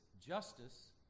justice